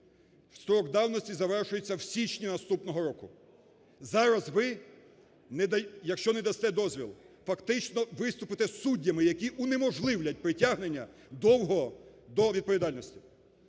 строк давності завершується в січні наступного року. Зараз ви, якщо не дасте дозвіл, фактично виступите суддями, які унеможливлять притягнення Довгого до відповідальності.